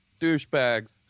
douchebags